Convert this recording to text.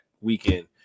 weekend